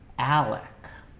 alex